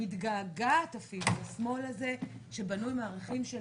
מתגעגעת אפילו לשמאל הזה שבנוי מערכים של